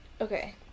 Okay